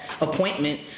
appointment